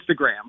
Instagram